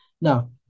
Now